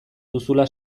duzula